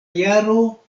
jaro